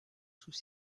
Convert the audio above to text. sous